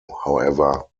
however